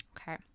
Okay